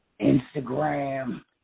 Instagram